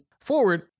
forward